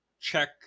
check